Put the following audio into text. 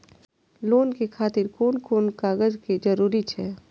Loan के खातिर कोन कोन कागज के जरूरी छै?